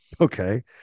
Okay